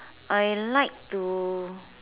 I like to